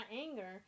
anger